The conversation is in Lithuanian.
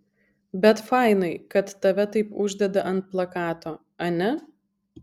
bet fainai kad tave taip uždeda ant plakato ane